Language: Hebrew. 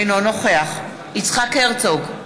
אינו נוכח יצחק הרצוג,